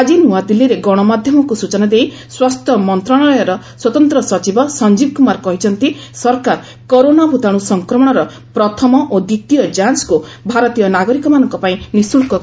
ଆକି ନ୍ନଆଦିଲ୍ଲୀରେ ଗଣମାଧ୍ୟମକୁ ସୂଚନା ଦେଇ ସ୍ୱାସ୍ଥ୍ୟ ମନ୍ତ୍ରଣାଳୟର ସ୍ୱତନ୍ତ୍ର ସଚିବ ସଞ୍ଜୀବ କୁମାର କହିଛନ୍ତି ସରକାର କରୋନା ଭୂତାଣୁ ସଂକ୍ରମଣର ପ୍ରଥମ ଓ ଦ୍ୱିତୀୟ ଯାଞ୍ଜ୍କୁ ଭାରତୀୟ ନାଗରିକମାନଙ୍କ ପାଇଁ ନିଃଶୁଳ୍କ କରିଛନ୍ତି